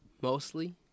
mostly